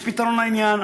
יש פתרון לעניין.